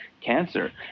cancer